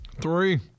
Three